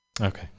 Okay